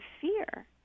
fear